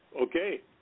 Okay